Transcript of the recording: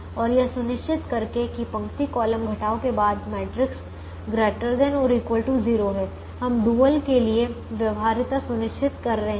और यह सुनिश्चित करके कि पंक्ति कॉलम घटाव के बाद मैट्रिक्स ≥ 0 है हम डुअल के लिए व्यवहार्यता सुनिश्चित कर रहे हैं